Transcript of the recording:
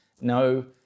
No